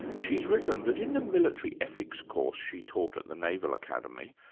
she's written that in the military ethics course she taught at the naval academy,